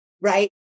right